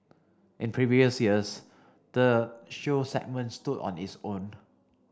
in previous years the show segment stood on its own